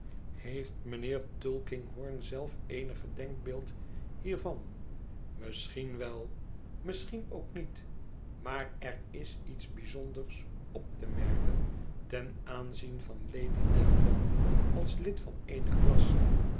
heeft mijnheer tulkinghorn zelf eenig denkbeeld hiervan misschien wel misschien ook niet maar er is iets bijzonders op te merken ten aanzien van lady dedlock als lid van eene klasse